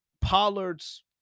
Pollard's